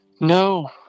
No